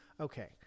Okay